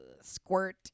Squirt